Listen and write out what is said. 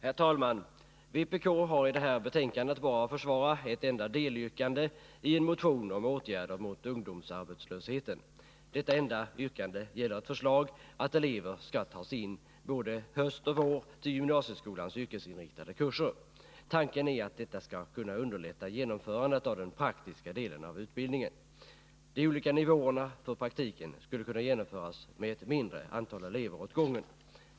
Herr talman! Vpk har i det här betänkandet bara att försvara ett enda delyrkande i en motion om åtgärder mot ungdomsarbetslösheten. Detta enda yrkande gäller ett förslag att elever skall tas in både höst och vår till gymnasieskolans yrkesinriktade kurser. Tanken är att detta skall kunna underlätta genomförandet av den praktiska delen av utbildningen. De olika nivåerna vad avser praktiken skulle kunna genomföras med ett mindre antal elever åt gången.